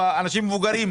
אנשים מבוגרים,